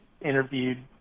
interviewed